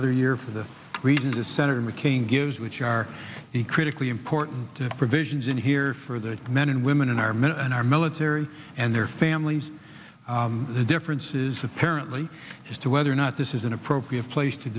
other year for the reasons that senator mccain gives which are the critically important provisions in here for the men and women in our men and our military and their families the difference is apparently as to whether or not this is an appropriate place to